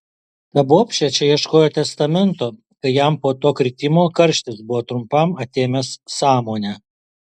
ta bobšė čia ieškojo testamento kai jam po to kritimo karštis buvo trumpam atėmęs sąmonę